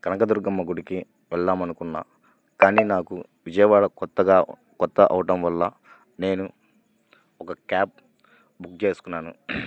కనకదుర్గమ్మ గుడికి వెళ్ళాం అనుకున్నా కానీ నాకు విజయవాడ కొత్తగా కొత్త అవ్వటం వల్ల నేను ఒక క్యాబ్ బుక్ చేసుకున్నాను